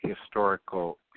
historical